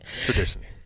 Traditionally